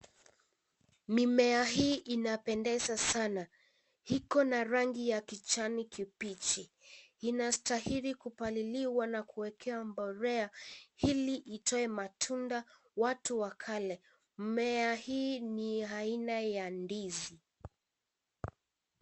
Mimea hii inapendeza sana. Iko na rangi ya kijani kibichi. Inastahili kupaliliwa na kuwekewa mbolea, ili itoe matunda watu wakale. Mmea hii ni aina ya ndizi.